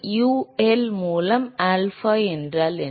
UL மூலம் alpha என்றால் என்ன